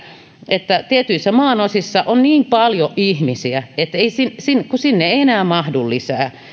että tietyissä maanosissa on niin paljon ihmisiä että sinne ei enää mahdu lisää